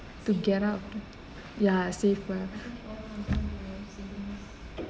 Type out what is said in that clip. to get up ya safer